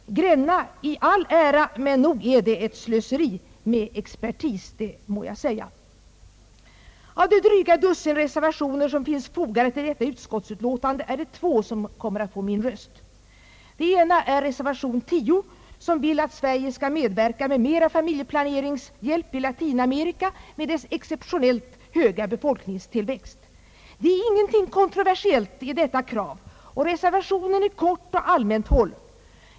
Gränna i all ära, men nog är detta ett slöseri med expertis, det må jag säga. Av det dryga dussin reservationer som finns fogade till detta utskottsutlåtande är det två som kommer att få min röst. Den ena är reservation 10 som vill att Sverige skall medverka till mera familjeplaneringshjälp i Latinamerika med dess exceptionellt höga befolkningstillväxt. Det är ingenting kontroversiellt i detta krav, och reservationen är kort och allmänt hållen.